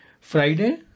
Friday